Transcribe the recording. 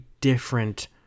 different